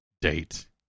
date